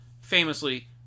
famously